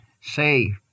Say